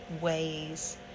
ways